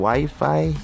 WiFi